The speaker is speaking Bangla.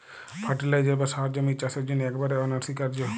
ফার্টিলাইজার বা সার জমির চাসের জন্হে একেবারে অনসীকার্য